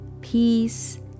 peace